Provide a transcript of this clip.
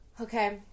Okay